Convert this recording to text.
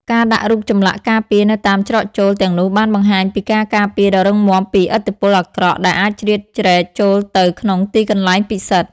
ការដាក់រូបចម្លាក់ការពារនៅតាមច្រកចូលទាំងនោះបានបង្ហាញពីការការពារដ៏រឹងមាំពីឥទ្ធិពលអាក្រក់ដែលអាចជ្រៀតជ្រែកចូលទៅក្នុងទីកន្លែងពិសិដ្ឋ។